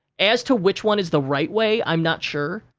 as to which one is the right way, i'm not sure,